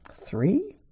Three